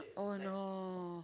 oh no